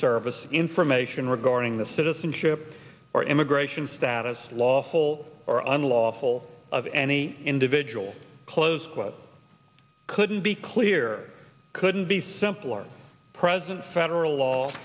service information regarding the citizenship or immigration status lawful or unlawful of any individual close quote couldn't be clear couldn't be simpler present federal law